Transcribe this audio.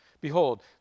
Behold